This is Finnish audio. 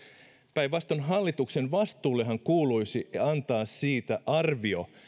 päinvastoin hallituksen vastuullehan kuuluisi antaa siitä arvio